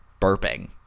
burping